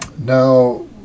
Now